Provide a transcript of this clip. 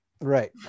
Right